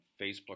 Facebook